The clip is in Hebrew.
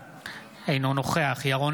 אינו נוכח יוראי להב הרצנו,